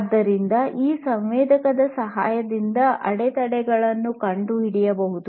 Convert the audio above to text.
ಆದ್ದರಿಂದ ಈ ಸಂವೇದಕದ ಸಹಾಯದಿಂದ ಅಡೆತಡೆಗಳನ್ನು ಕಂಡುಹಿಡಿಯಬಹುದು